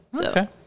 Okay